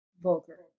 vulgar